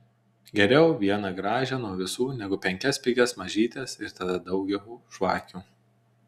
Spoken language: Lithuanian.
geriau vieną gražią nuo visų negu penkias pigias mažytes ir tada daugiau žvakių